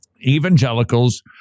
Evangelicals